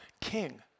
king